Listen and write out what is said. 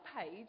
page